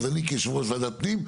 אז אני כיושב ראש וועדת הפנים,